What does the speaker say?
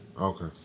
Okay